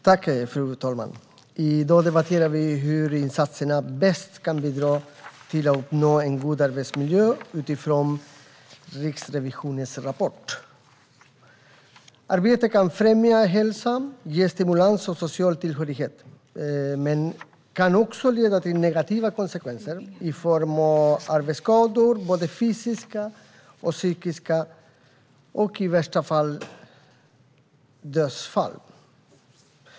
Fru talman! I dag debatterar vi hur de statliga insatserna bäst kan bidra till att uppnå en god arbetsmiljö, utifrån Riksrevisionens rapport. Arbete kan främja hälsa och ge stimulans och social tillhörighet, men det kan också leda till negativa konsekvenser i form av arbetsskador, både fysiska och psykiska, och i värsta fall dödsfall.